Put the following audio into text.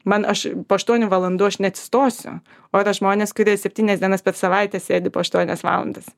man aš po aštuonių valandų aš neatsistosiu o yra žmonės kurie septynias dienas per savaitę sėdi po aštuonias valandas